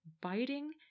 biting